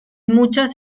muchas